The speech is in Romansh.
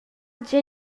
gie